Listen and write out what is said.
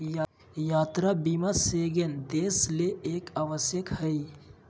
यात्रा बीमा शेंगेन देश ले एक आवश्यक हइ